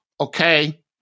Okay